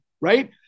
right